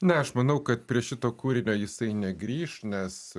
na aš manau kad prie šito kūrinio jisai negrįš nes